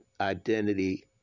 identity